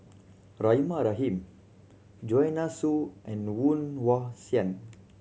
Rahimah Rahim Joanne Soo and Woon Wah Siang